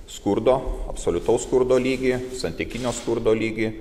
skurdo absoliutaus skurdo lygį santykinio skurdo lygį